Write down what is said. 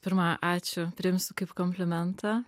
pirma ačiū priimsiu kaip komplimentą